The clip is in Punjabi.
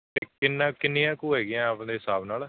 ਅਤੇ ਕਿੰਨਾ ਕਿੰਨੀਆਂ ਕੁ ਹੈਗੀਆਂ ਆਪਦੇ ਹਿਸਾਬ ਨਾਲ